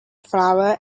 flower